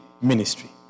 Ministry